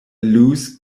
loose